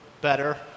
better